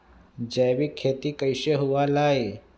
जैविक खेती कैसे हुआ लाई?